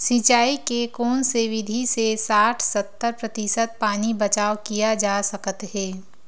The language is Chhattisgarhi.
सिंचाई के कोन से विधि से साठ सत्तर प्रतिशत पानी बचाव किया जा सकत हे?